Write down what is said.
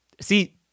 see